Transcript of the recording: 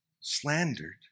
slandered